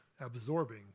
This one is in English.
absorbing